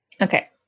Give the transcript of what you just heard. okay